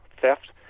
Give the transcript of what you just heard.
theft